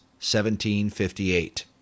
1758